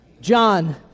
John